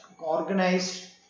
organized